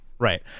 Right